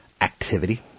activity